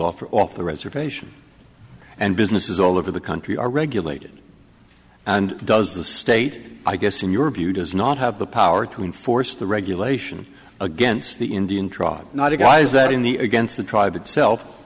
the reservation and businesses all over the country are regulated and does the state i guess in your view does not have the power to enforce the regulation against the indian tribe not you guys that in the against the tribe itself